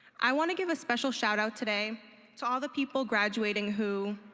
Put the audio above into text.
i want to give a special shout-out today to all the people graduating who